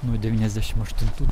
nuo devyniasdešim aštuntų